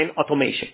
automation